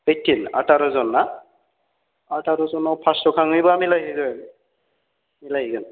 एइदिन आथार'जोन ना आथार'जोनाव पास्स' खाङोबा मिलाहैगोन मिलायहैगोन